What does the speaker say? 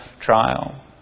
trial